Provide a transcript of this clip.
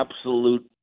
absolute